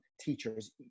teachers